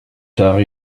tard